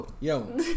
Yo